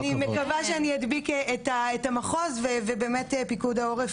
אני מקווה שאני אדביק את המחוז ובאמת פיקוד העורף